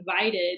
invited